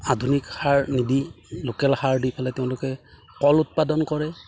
আধুনিক সাৰ নিদি লোকেল সাৰ দি পেলে তেওঁলোকে কল উৎপাদন কৰে